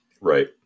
Right